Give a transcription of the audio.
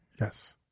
Yes